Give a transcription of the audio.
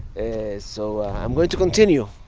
so i'm going to continue.